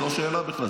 זאת לא שאלה בכלל,